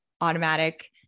automatic